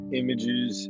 images